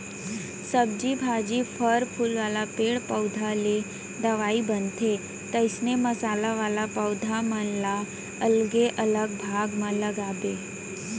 सब्जी भाजी, फर फूल वाला पेड़ पउधा ले दवई बनथे, तइसने मसाला वाला पौधा मन ल अलगे अलग भाग म लगाबे